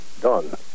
done